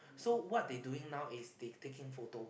so what they doing now is they taking photos